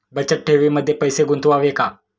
बचत ठेवीमध्ये पैसे गुंतवावे का?